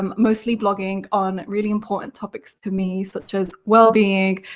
um mostly blogging on really important topics for me, such as well being,